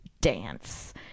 dance